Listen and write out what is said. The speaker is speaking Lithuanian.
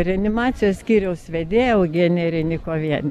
reanimacijos skyriaus vedėja eugenija reinikovienė